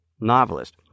novelist